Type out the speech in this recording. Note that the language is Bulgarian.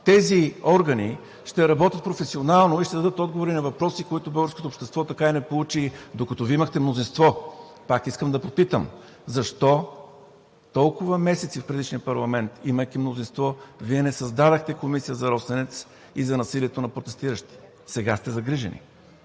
Тези органи ще работят професионално и ще дадат отговори на въпроси, които българското общество така и не получи, докато Вие имахте мнозинство. Пак искам да попитам: защо толкова месеци в предишния парламент, имайки мнозинство Вие не създадохте Комисия за „Росенец“ и за насилието над протестиращи? Сега сте загрижени?!